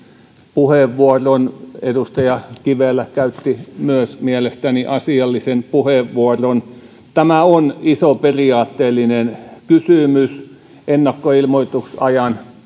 puheenvuoron edustaja kivelä käytti myös mielestäni asiallisen puheenvuoron tämä on iso periaatteellinen kysymys ennakkoilmoitusajan